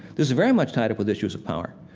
this is very much tied up with issues of power.